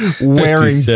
wearing